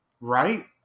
Right